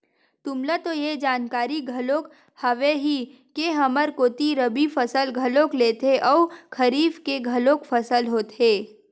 तुमला तो ये जानकारी घलोक हावे ही के हमर कोती रबि फसल घलोक लेथे अउ खरीफ के घलोक फसल होथे